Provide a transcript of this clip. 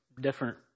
different